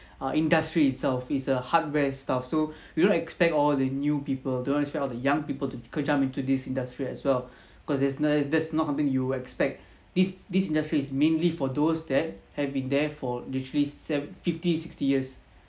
err industry itself is a hardware stuff so you don't expect all the new people you don't expect all the young people to jump into this industry as well cause there's no that's not something you would expect this this industry is mainly for those that have been there for literally fifty sixty years